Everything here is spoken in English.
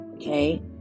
Okay